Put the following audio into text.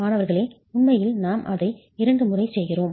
மாணவர்களே உண்மையில் நாம் அதை இரண்டு முறை செய்கிறோம்